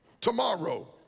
tomorrow